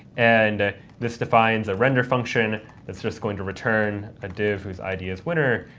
and this defines a render function that's just going to return a div whose id is winner,